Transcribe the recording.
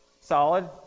Solid